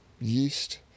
yeast